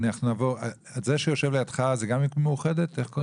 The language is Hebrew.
קופת חולים